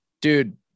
Dude